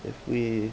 if we